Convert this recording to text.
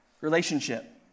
relationship